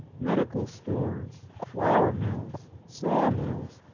medical stores, flour mills, saw mills,